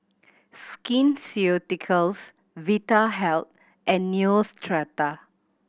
Skin Ceuticals Vitahealth and Neostrata